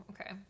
okay